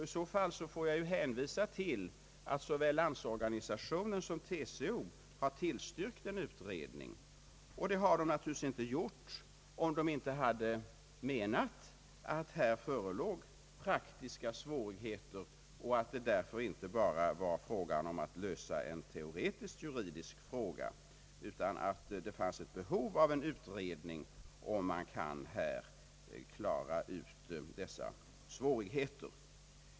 I så fall får jag hänvisa till att såväl Landsorganisationen som TCO tillstyrkt förslaget om en utredning, och detta hade de naturligtvis inte gjort, om de inte hade menat att det här förelåg praktiska svårigheter och att det därför inte bara var fråga om att lösa ett teoretiskt juridiskt problem, utan att det fanns behov av en utredning.